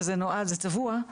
וזה נועד וצבוע,